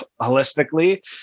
holistically